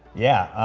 yeah,